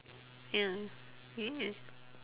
ya yeah